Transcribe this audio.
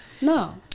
no